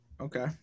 okay